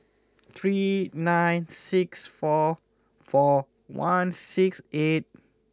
three nine six four four one six eight